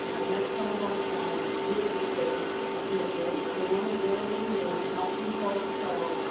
um i've met some of them and really they've been, they're great. they want to learn, they want to help people. so,